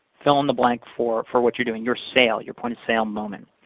fill in the blank for for what you're doing. your sale. your point of sale moment.